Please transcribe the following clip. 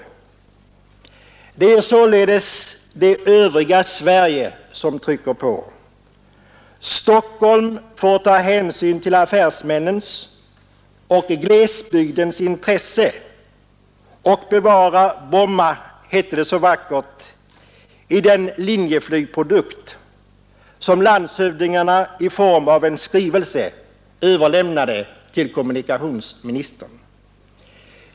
Det är således det övriga Sverige som trycker på. Stockholm får ta hänsyn till affärsmännens och glesbygdens intressen och bevara Bromma, hette det så vackert i den Linjeflyg-produkt som landshövdingarna i form av en skrivelse överlämnade till kommunikationsministern.